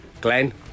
Glenn